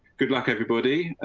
good luck everybody.